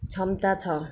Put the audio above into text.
क्षमता छ